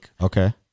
Okay